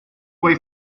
way